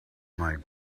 might